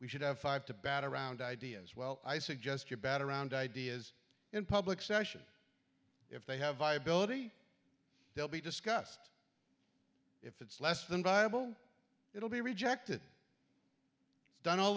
we should have five to bat around ideas well i suggest you bet around ideas in public session if they have viability they'll be discussed if it's less than viable it'll be rejected it's done all